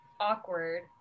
awkward